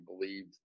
believed